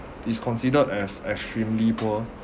is considered as extremely poor